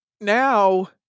now